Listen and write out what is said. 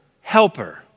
helper